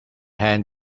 hand